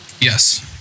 Yes